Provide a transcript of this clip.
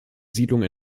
siedlung